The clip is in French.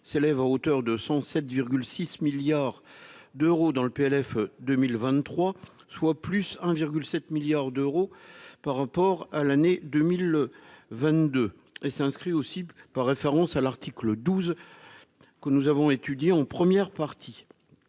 s'élèvent à hauteur de 107 6 milliards d'euros dans le PLF 2023, soit plus 1 virgule 7 milliards d'euros par rapport à l'année 2000 22 et s'inscrit aussi par référence à l'article 12 que nous avons étudiés en première partie,